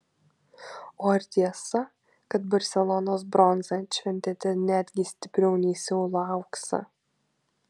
o ar tiesa kad barselonos bronzą atšventėte netgi stipriau nei seulo auksą